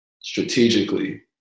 strategically